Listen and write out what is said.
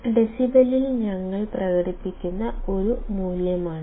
ഡെസിബെലിൽ ഞങ്ങൾ പ്രകടിപ്പിക്കുന്ന ഒരു മൂല്യമാണിത്